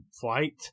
flight